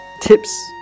tips